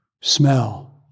smell